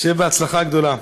שיהיה בהצלחה גדולה.